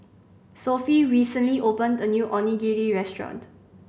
Sophie recently opened a new Onigiri Restaurant